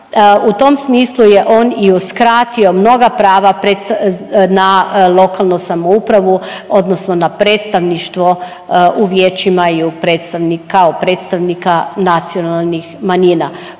u tom smislu je on i uskratio mnoga prava na lokalnu samoupravu odnosno na predstavništvo u vijećima kao predstavnika nacionalnih manjina,